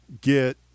get